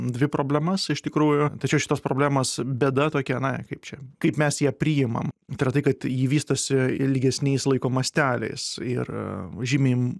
dvi problemas iš tikrųjų tačiau šitos problemos bėda tokia na kaip čia kaip mes ją priimam tai yra tai kad ji vystosi ilgesniais laiko masteliais ir žymim